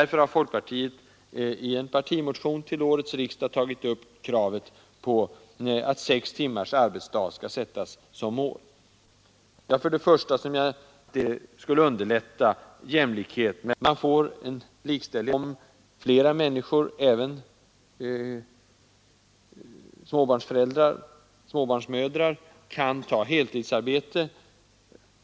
Därför har folkpartiet i en partimotion till årets riksdag tagit upp kravet att sex timmars arbetsdag skall sättas som mål. Vad är då skälen för det kravet? För det första skulle en arbetstid på sex timmar, som jag sade, underlätta jämlikhet mellan kvinnor och män. Man får bättre likställdhet på arbetsmarknaden om flera människor, även småbarnsmödrar, kan ta heltidsarbete.